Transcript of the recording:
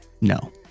No